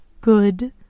Good